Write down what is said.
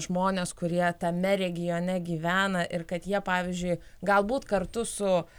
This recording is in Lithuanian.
žmonės kurie tame regione gyvena ir kad jie pavyzdžiui galbūt kartu su